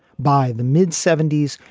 by the mid seventy s,